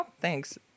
thanks